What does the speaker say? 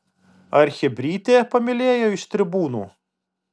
ar chebrytė pamylėjo iš tribūnų